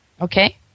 Okay